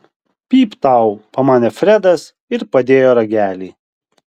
pypt tau pamanė fredas ir padėjo ragelį